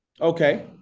Okay